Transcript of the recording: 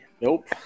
Nope